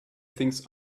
things